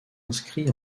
inscrits